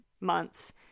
months